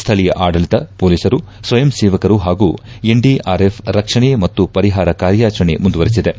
ಸ್ವೀಯ ಆಡಳತ ಹೊಲೀಸರು ಸ್ವಯಂ ಸೇವಕರು ಹಾಗೂ ಎನ್ಡಿಆರ್ಎಫ್ ರಕ್ಷಣೆ ಮತ್ತು ಪರಿಪಾರ ಕಾರ್ಯಾಚರಣೆ ಮುಂದುವರೆಸಿವೆ